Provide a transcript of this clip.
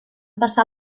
passar